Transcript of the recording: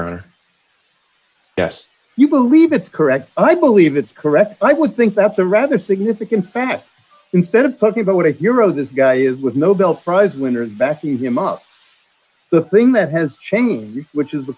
honor yes you believe it's correct and i believe it's correct i would think that's a rather significant fact instead of talking about what a hero this guy is with nobel prize winners backing him up the thing that has changed which is the